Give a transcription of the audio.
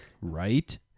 Right